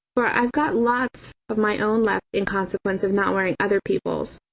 for i've got lots of my own left in consequence of not wearing other people's.